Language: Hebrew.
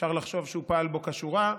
אפשר לחשוב שהוא פעל בו כשורה,